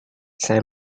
saya